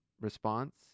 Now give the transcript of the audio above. response